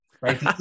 right